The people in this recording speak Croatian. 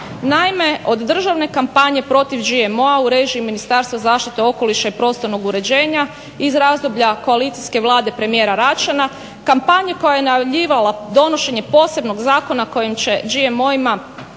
Naime od državne kompanije protiv GMO-a u režiji Ministarstva zaštite okoliša i prostornog uređenja iz razdoblja koalicije Vlade premijera Račana, kompanije koja je najavljivala donošenje posebnog zakona kojim će GMO-i